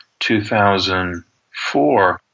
2004